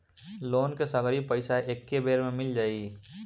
Loan के सगरी पइसा एके बेर में मिल जाई?